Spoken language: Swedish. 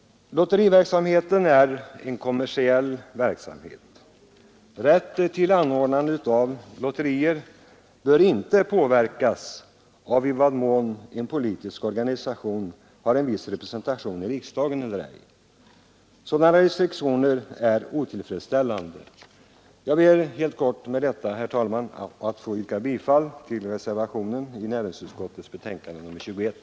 Lotteriverksamhet är en kommersiell verksamhet. Rätt till anordnande av lotterier bör inte påverkas av i vad mån en politisk organisation har en viss representation i riksdagen eller ej. Sådana restriktioner är otillfredsställande. Herr talman! Med detta ber jag helt kort att få yrka bifall till reservationen i näringsutskottets betänkande nr 21.